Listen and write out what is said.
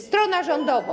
Strono Rządowa!